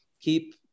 keep